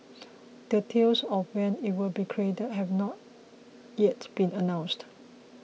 details of when it will be created have not yet been announced